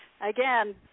again